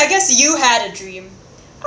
I guess you had a dream